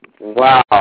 Wow